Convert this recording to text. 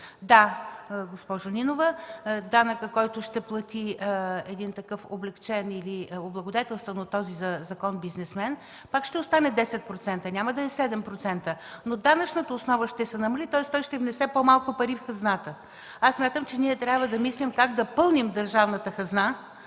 Да, госпожо Нинова, данъкът, който ще плати един облагодетелстван от този закон бизнесмен, пак ще остане 10%, няма да е 7%, но данъчната основа ще се намали, тоест той ще внесе по малко пари в хазната. Смятам, че ние трябва да мислим как да пълним държавната хазна,